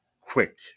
quick